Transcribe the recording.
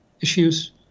issues